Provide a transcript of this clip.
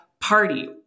party